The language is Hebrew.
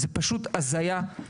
זה פשוט הזיה.